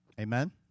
Amen